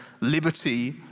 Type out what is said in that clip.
Liberty